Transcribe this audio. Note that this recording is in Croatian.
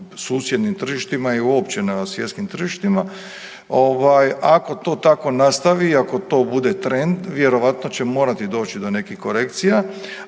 susjednim tržištima i uopće na svjetskim tržištima ovaj ako se to tako nastavi i ako to bude trend vjerojatno će morati doći do nekih korekcija,